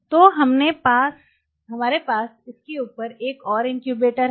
तो हमारे पास इसके ऊपर एक और इनक्यूबेटर है